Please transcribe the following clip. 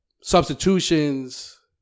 substitutions